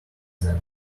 then